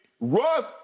Russ